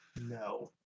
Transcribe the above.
no